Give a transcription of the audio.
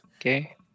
Okay